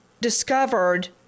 discovered